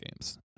games